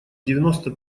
девяносто